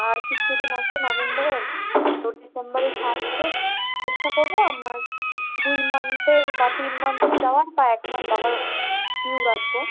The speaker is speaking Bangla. আর কিছু দিন আছে নভেম্বারের তো ডিসেম্বারের ফাস্টে চেষ্টা করবো আপনার দুই মান্থের বা তিন মান্থেরই দেওয়ার বা এক মান্থ আবার ডিউ রাখবো